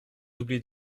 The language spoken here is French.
oubliez